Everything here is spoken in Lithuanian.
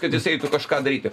kad jisai kažką daryti